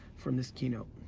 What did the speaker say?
from this keynote,